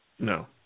No